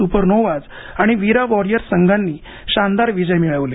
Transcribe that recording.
super नोव्हाज आणि विरा Warriors संघांनी शानदार विजय मिळविले